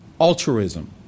altruism